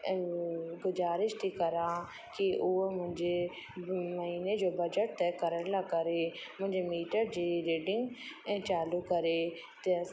गुज़ारिश थी करां की उहा मुंहिंजे महीने जो बजेट तय करण लाइ करे मुंहिंजे मीटर जे रीडिंग ऐं चालू करे जंहिं